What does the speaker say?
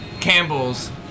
Campbell's